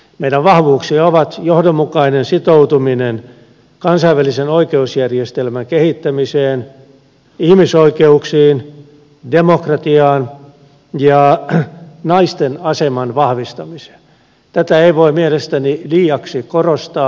meidän vahvuuksiamme ovat johdonmukainen sitoutuminen kansainvälisen oikeusjärjestelmän kehittämiseen ihmisoikeuksiin demokratiaan ja naisten aseman vahvistamiseen tätä ei voi mielestäni liiaksi korostaa